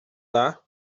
dda